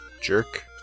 Jerk